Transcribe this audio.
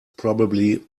probably